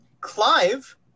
Clive